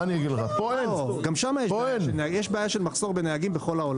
בכל העולם יש בעיה של מחסור בנהגים.